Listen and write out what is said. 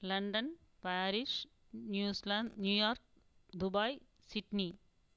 London Paris New Zealand New York Dubai Sydney